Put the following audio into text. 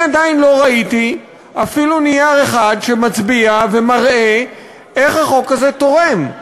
אני עדיין לא ראיתי אפילו נייר אחד שמצביע ומראה איך החוק הזה תורם,